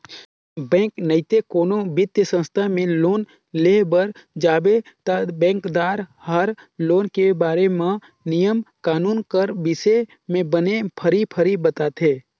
bank नइते कोनो बित्तीय संस्था में लोन लेय बर जाबे ता बेंकदार हर लोन के बारे म नियम कानून कर बिसे में बने फरी फरी बताथे